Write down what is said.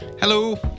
Hello